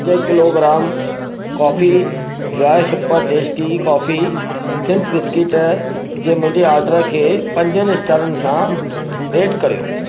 पंज kilogram coffee joy super tasty coffee thins biscuits जे मुंहिंजे ऑर्डर खे पंज स्टारनि सां रेट करियो